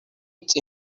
ate